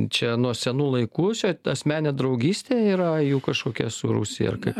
čia nuo senų laikų čia asmeninė draugystė yra jų kažkokia su rusija ar kaip